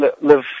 Live